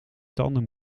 tanden